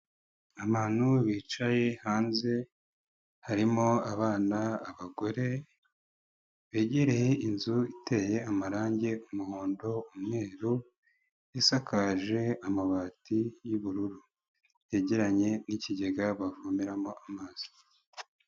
Abantu bicaye hanze harimo abana, abagore begereye inzu iteye amarange umuhondo, umweru isakaje amabati y'ubururu, yegeranye n'ikigega bavomeramo amazi.